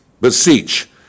beseech